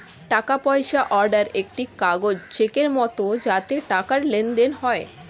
টাকা পয়সা অর্ডার একটি কাগজ চেকের মত যাতে টাকার লেনদেন হয়